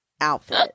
outfit